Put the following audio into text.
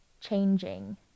changing